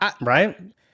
Right